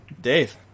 Dave